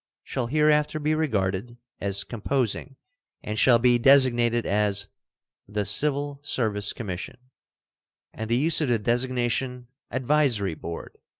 shall hereafter be regarded as composing and shall be designated as the civil service commission and the use of the designation advisory board,